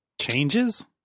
changes